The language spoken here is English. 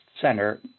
center